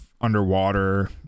underwater